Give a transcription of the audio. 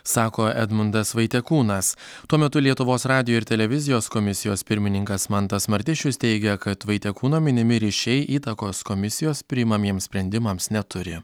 sako edmundas vaitekūnas tuo metu lietuvos radijo ir televizijos komisijos pirmininkas mantas martišius teigia kad vaitekūno minimi ryšiai įtakos komisijos priimamiems sprendimams neturi